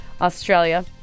Australia